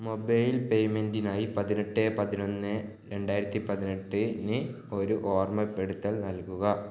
mobile പേയ്മെൻറിനായി പതിനെട്ട് പതിനൊന്ന് രണ്ടായിരത്തി പതിനെട്ടിന് ഒരു ഓർമ്മപ്പെടുത്തൽ നൽകുക